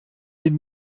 den